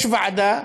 יש ועדה